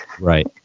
Right